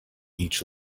each